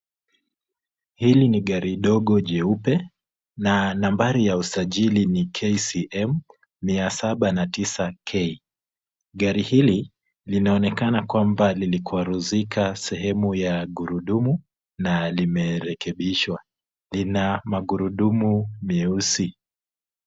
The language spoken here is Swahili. Hili ni gari ndogo jeupe na nambari ya usajili ni KCM 709K. Gari hili linaonekana kwamba lilikwaruzika sehemu ya hurudumu na limerekebishwa. Lina magurudumu meusi.